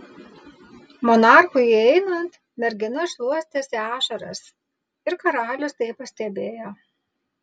monarchui įeinant mergina šluostėsi ašaras ir karalius tai pastebėjo